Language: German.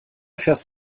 fährst